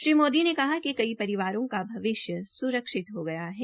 श्री मोदी ने कहा कि कई परिवारों का भविष्य स्रक्षित हो गया है